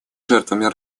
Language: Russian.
жертвами